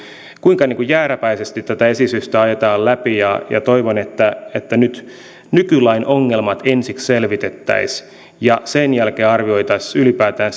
kuinka jääräpäisesti tätä esitystä ajetaan läpi toivon että että nykylain ongelmat ensiksi selvitettäisiin ja sen jälkeen arvioitaisiin ylipäätään